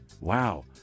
Wow